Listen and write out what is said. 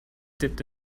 dipped